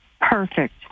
Perfect